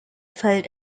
feld